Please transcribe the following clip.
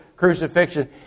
crucifixion